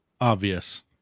obvious